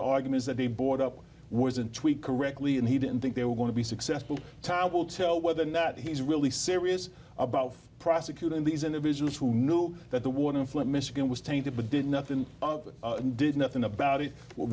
the arguments that he brought up was a tweak correctly and he didn't think they were going to be successful time will tell whether or not he's really serious about prosecuting these individuals who knew that the want to flint michigan was tainted but did nothing and did nothing about it will